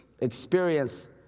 experience